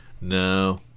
no